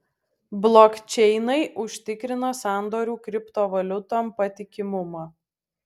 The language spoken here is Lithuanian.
blokčeinai užtikrina sandorių kriptovaliutom patikimumą